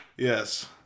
Yes